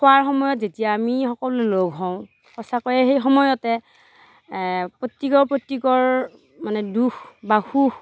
খোৱাৰ সময়ত যেতিয়া আমি সকলোৱে লগ হওঁ সঁচাকৈয়ে সেই সময়তে প্ৰত্যেকৰ প্ৰত্যেকৰ মানে দুখ বা সুখ